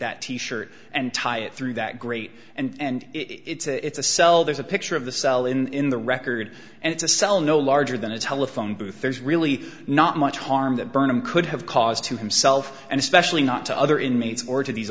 that t shirt and tie it through that great and it's a cell there's a picture of the cell in the record and it's a cell no larger than a telephone booth there's really not much harm that burnam could have caused to himself and especially not to other inmates or to these